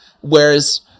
whereas